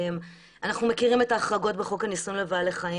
אנחנו מכירים את ההחרגות בחוק הניסויים בבעלי חיים,